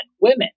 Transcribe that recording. women